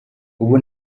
ubu